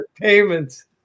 payments